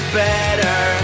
better